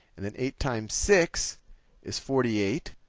and then eight times six is forty eight.